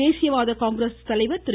தேசியவாத காங்கிரஸ் தலைவர் திரு